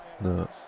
No